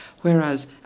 Whereas